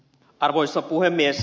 arvoisa puhemies